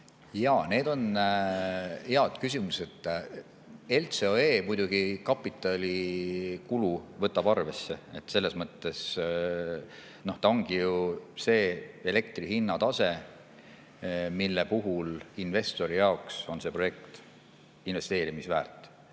Jaa, need on head küsimused. LCOE muidugi kapitalikulu võtab arvesse. Selles mõttes, et ta ongi ju see elektri hinna tase, mille puhul investori jaoks on see projekt investeerimist väärt.